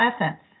essence